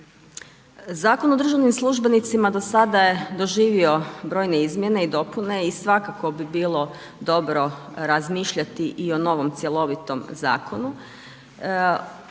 Zakon o državnim službenicima do sada je doživio brojne izmjene i dopune i svakako bi bilo dobro razmišljati i o novom cjelovitom zakonu.